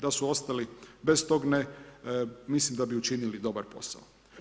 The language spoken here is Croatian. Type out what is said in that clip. Da su ostali bez tog „ne“ mislim da bi učinili dobar posao.